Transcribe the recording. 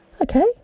Okay